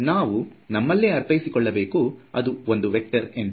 ನಾವು ನಮ್ಮಲ್ಲೇ ಅರ್ಥೈಸಿಕೊಳ್ಳಬೇಕು ಅದು ಒಂದು ವೇಕ್ಟರ್ ಎಂದು